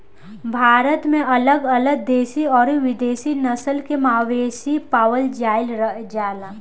भारत में अलग अलग देशी अउरी विदेशी नस्ल के मवेशी पावल जाइल जाला